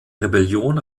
rebellion